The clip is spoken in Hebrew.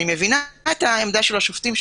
אני מבינה את עמדת השופטים,